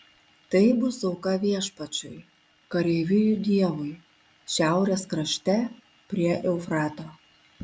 tai bus auka viešpačiui kareivijų dievui šiaurės krašte prie eufrato